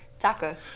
Tacos